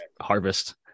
harvest